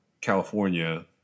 California